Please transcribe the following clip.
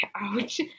ouch